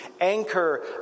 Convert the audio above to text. anchor